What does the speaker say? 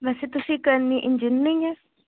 ਵੈਸੇ ਤੁਸੀਂ ਕਰਨੀ ਇੰਜੀਨੀਅਰਿੰਗ ਹੈ